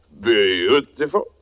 Beautiful